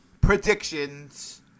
predictions